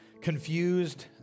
confused